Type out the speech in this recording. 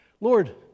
Lord